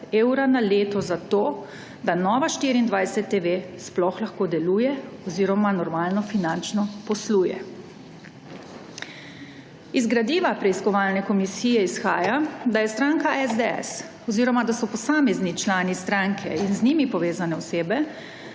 evra na leto za to, da Nova24TV sploh lahko deluje oziroma normalno finančno posluje. Iz gradiva preiskovalne komisije izhaja, da je stranka SDS oziroma da so posamezni člani stranke in z njimi povezane osebe